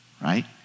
right